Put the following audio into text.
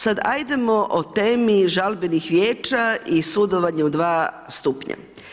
Sada ajdemo o temi žalbenih vijeća i sudovanja u dva stupnja.